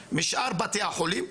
גבוהות משאר בתי החולים,